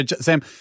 Sam